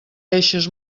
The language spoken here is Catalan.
eixes